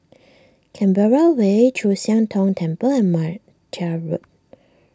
Canberra Way Chu Siang Tong Temple and Martia Road